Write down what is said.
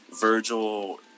Virgil